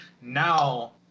now